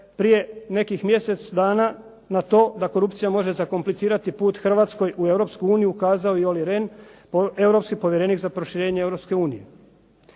prije nekih mjesec dana na to da korupcija može zakomplicirati put Hrvatskoj u Europsku uniju ukazao je i Olli Rehn, europski povjerenik za proširenje